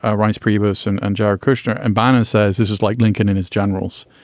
ah reince priebus and and jared kushner. and bannon says this is like lincoln and his generals,